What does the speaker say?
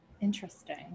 Interesting